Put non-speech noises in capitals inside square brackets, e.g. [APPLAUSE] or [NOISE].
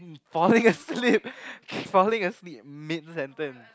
falling asleep [BREATH] falling asleep mid sentence